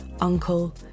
UNCLE